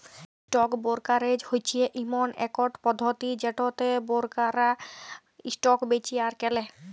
stock brokerage হচ্যে ইমন একট পধতি যেটতে বোরকাররা ইসটক বেঁচে আর কেলে